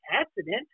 accident